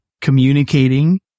communicating